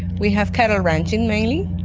we have cattle ranching mainly.